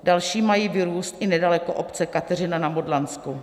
Další mají vyrůst i nedaleko obce Kateřina na Modlansku.